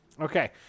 Okay